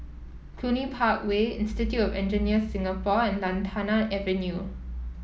Cluny Park Way Institute Engineers Singapore and Lantana Avenue